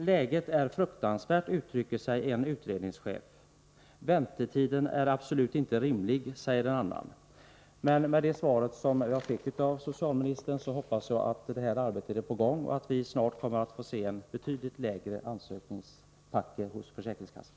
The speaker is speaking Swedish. ”Läget är fruktansvärt.” Så uttrycker sig en utredningschef. ”Väntetiden är absolut inte rimlig”, säger en annan. Med hänsyn till det svar som jag fick av socialministern hoppas jag att ett arbete är på gång och att vi snart kommer att få se en betydligt mindre ansökningspacke hos försäkringskassorna.